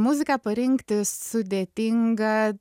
muziką parinkti sudėtinga